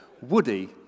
Woody